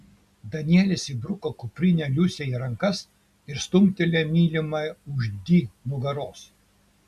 danielis įbruko kuprinę liusei į rankas ir stumtelėjo mylimąją už di nugaros